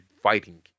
fighting